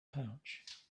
pouch